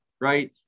right